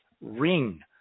ring